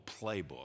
playbook